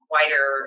wider